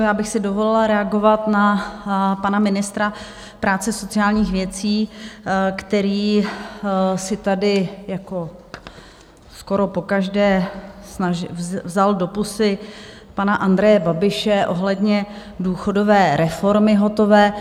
Já bych si dovolila reagovat na pana ministra práce a sociálních věcí, který si tady jako skoro pokaždé vzal do pusy pana Andreje Babiše ohledně důchodové reformy hotové.